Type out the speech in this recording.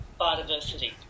biodiversity